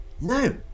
no